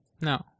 No